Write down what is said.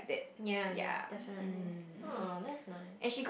ya ya definitely oh that's nice actually